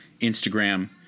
Instagram